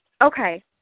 Okay